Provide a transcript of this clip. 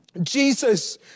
Jesus